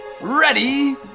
ready